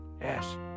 yes